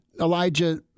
Elijah